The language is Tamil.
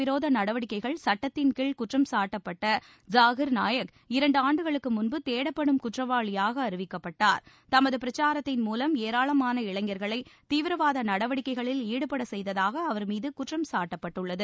விரோத நடவடிக்கைகள் சட்டத்திள்கீழ் குற்றம் சாட்டப்பட்ட ஜாகீர் நாயக் இரண்டு சட்ட ஆண்டுகளுக்கு முன்பு தேடப்படும் குற்றவாளியாக அறிவிக்கப்பட்டார் பிரச்சாரத்தின் இளைஞர்களை தீவிரவாத மூலம் தமது நடவடிக்கைகளில் ஈடபடச்செய்ததாக அவர் மீது குற்றம் சாட்டப்பட்டுள்ளது